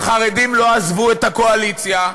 החרדים לא עזבו את הקואליציה.